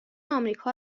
آمریکا